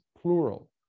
plural